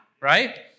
right